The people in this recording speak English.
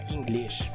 English